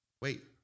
Wait